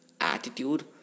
attitude